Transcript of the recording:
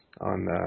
on